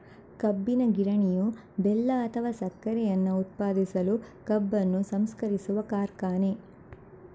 ಕಬ್ಬಿನ ಗಿರಣಿಯು ಬೆಲ್ಲ ಅಥವಾ ಸಕ್ಕರೆಯನ್ನ ಉತ್ಪಾದಿಸಲು ಕಬ್ಬನ್ನು ಸಂಸ್ಕರಿಸುವ ಕಾರ್ಖಾನೆ